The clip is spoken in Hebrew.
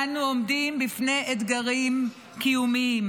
אנו עומדים לפני אתגרים קיומיים,